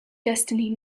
destiny